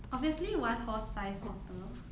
obviously one horse sized otter